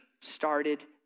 started